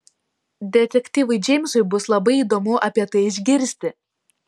detektyvui džeimsui bus labai įdomu apie tai išgirsti